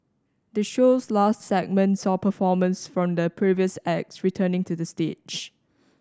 the show's last segment saw performers from the previous acts returning to the stage